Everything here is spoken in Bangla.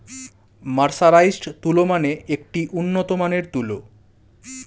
মার্সারাইজড তুলো মানে একটি উন্নত মানের তুলো